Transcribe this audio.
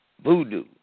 voodoo